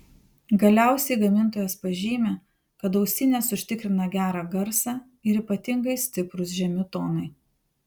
galiausiai gamintojas pažymi kad ausinės užtikrina gerą garsą ir ypatingai stiprūs žemi tonai